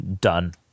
done